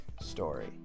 story